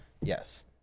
Yes